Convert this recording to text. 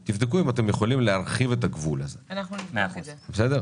אני נותן בשידור סטרט-אפ,